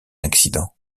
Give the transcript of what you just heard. accident